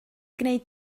gwneud